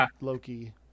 Loki